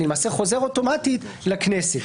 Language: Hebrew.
אני למעשה חוזר אוטומטית לכנסת.